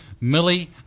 millie